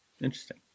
Interesting